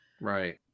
right